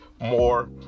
more